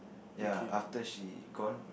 ya after she gone